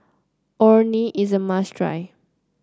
Orh Nee is a must try